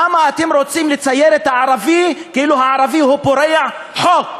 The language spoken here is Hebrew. למה אתם רוצים לצייר את הערבי כאילו הערבי הוא פורע חוק?